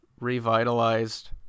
revitalized